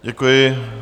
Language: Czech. Děkuji.